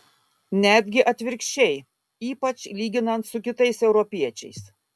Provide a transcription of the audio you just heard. netgi atvirkščiai ypač lyginant su kitais europiečiais